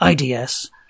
IDS